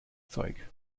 zeug